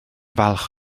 falch